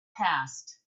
passed